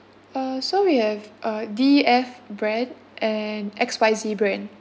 uh so we have uh D E F brand and X Y Z brand